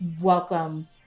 welcome